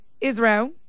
Israel